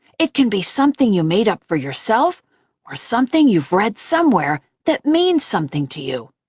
it can be something you made up for yourself or something you've read somewhere that means something to you.